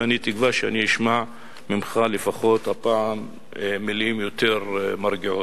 ואני תקווה שאני אשמע ממך לפחות הפעם מלים יותר מרגיעות.